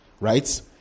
right